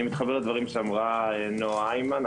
אני מתחבר לדברים שאמרה נועה היימן,